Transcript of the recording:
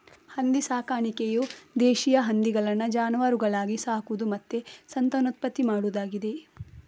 ಹಂದಿ ಸಾಕಾಣಿಕೆಯು ದೇಶೀಯ ಹಂದಿಗಳನ್ನ ಜಾನುವಾರುಗಳಾಗಿ ಸಾಕುದು ಮತ್ತೆ ಸಂತಾನೋತ್ಪತ್ತಿ ಮಾಡುದಾಗಿದೆ